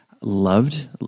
Loved